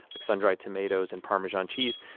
like sun-dried tomatoes and parmesan cheese,